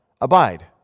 abide